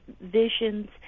visions